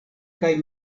kaj